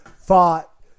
fought